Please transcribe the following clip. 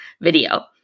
video